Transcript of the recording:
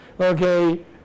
Okay